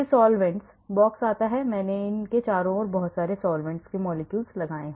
फिर solvents box आता है मैंने इसके चारों ओर बहुत सारे सॉल्वैंट्स लगाए